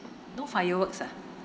no fireworks ah